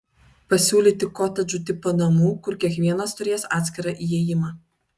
pasiūlyti kotedžų tipo namų kur kiekvienas turės atskirą įėjimą